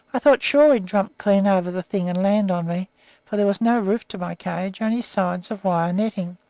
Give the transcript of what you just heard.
i thought sure he'd jump clean over the thing and land on me for there was no roof to my cage only sides of wire netting.